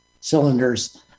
cylinders